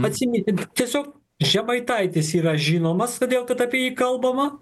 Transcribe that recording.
atsimini tiesiog žemaitaitis yra žinomas todėl kad apie jį kalbama